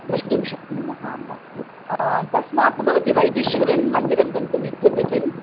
दृष्टुं शक्नुमः अम्ब तस्मात् भवती वैदेश्वरन् मन्दिरं गन्तुम् इच्छति किम्